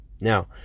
Now